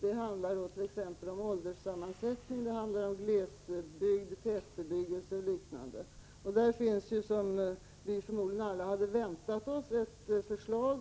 Det handlar om ålderssammansättning, det handlar om glesbygd, tätbebyggelse o. d. Därvidlag kommer, som vi förmodligen alla har väntat oss, ett förslag